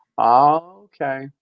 Okay